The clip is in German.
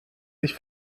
sich